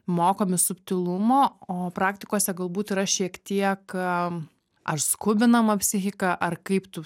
mokomi subtilumo o praktikose galbūt yra šiek tiek a ar skubinama psichika ar kaip tu